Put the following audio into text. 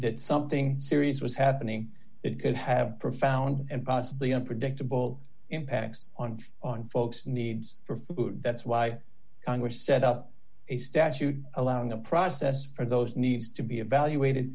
that something serious was happening it have profound and possibly unpredictable impacts on on folks needs for food that's why congress set up a statute allowing a process for those needs to be evaluated